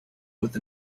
with